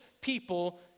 people